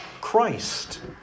Christ